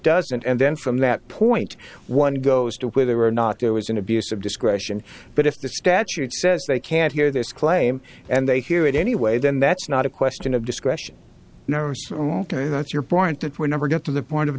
doesn't and then from that point one goes to whether or not there was an abuse of discretion but if the statute says they can't hear this claim and they hear it anyway then that's not a question of discretion that's your point it will never get to the point of